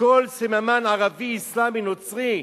כל סממן ערבי, אסלאמי, נוצרי.